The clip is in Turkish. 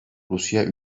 rusya